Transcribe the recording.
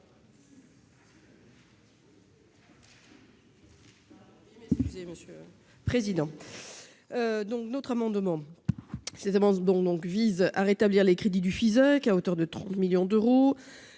Cet amendement vise à rétablir les crédits du FISAC à hauteur de 30 millions d'euros.